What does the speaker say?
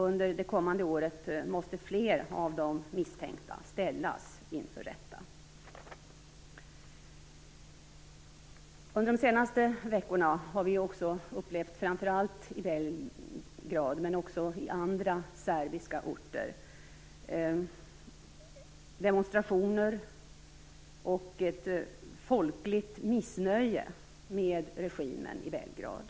Under det kommande året måste fler av de misstänkta ställas inför rätta. Under de senaste veckorna har vi också upplevt demonstrationer, framför allt i Belgrad men också i andra serbiska orter, och ett folkligt missnöje med regimen i Belgrad.